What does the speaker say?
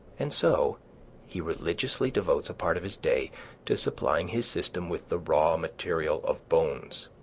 and so he religiously devotes a part of his day to supplying his system with the raw material of bones